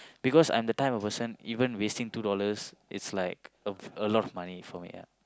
because I'm the type of person even wasting two dollars is like a a lot of money for me ah